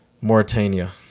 Mauritania